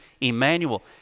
Emmanuel